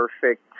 perfect